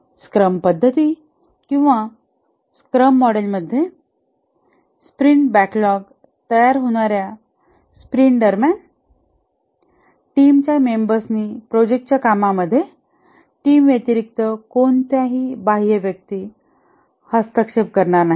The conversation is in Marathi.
स्क्रम पद्धती किंवा स्क्रम मॉडेल मध्ये स्प्रिंट बॅकलॉग तयार होणाऱ्या स्प्रिंट दरम्यान टीमच्या मेंबर्सांनी प्रोजेक्ट च्या कामामध्ये टीम व्यतिरिक्त कोणताही बाह्य व्यक्ती हस्तक्षेप करणार नाही